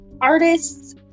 artist's